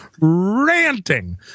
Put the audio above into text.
ranting